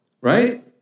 Right